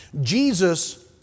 Jesus